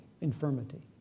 infirmity